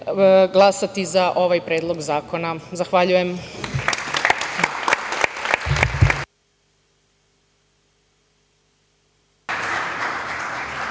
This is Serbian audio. glasti za ovaj Predlog zakona. Zahvaljujem.